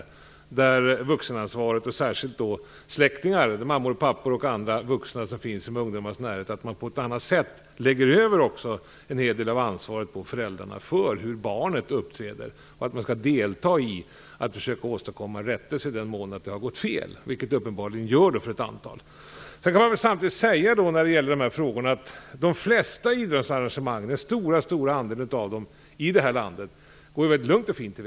Man bör på ett annat sätt lägga över en hel del av ansvaret på föräldrar och släktingar - mammor, pappor och andra vuxna som finns i ungdomars närhet - för hur barnet uppträder. Man måste delta i att försöka åstadkomma rättelse i den mån det har gått fel, vilket det uppenbarligen gör för ett antal ungdomar. Samtidigt kan man när det gäller de här frågorna säga att de flesta idrottsarrangemang, den stora andelen av dem i det här landet, går väldigt lugnt och fint till.